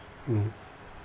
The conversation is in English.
mmhmm